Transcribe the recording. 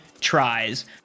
tries